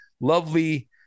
lovely